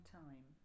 time